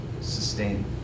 sustain